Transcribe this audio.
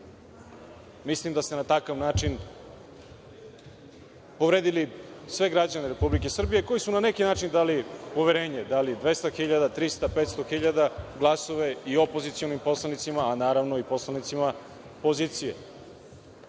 Mislim da ste na takav način povredili sve građane Republike Srbije koji su na neki način dali poverenje, da li 200 hiljada, 300, 500 hiljada, glasove i opozicionim poslanicima, ali i poslanicima pozicije. Niste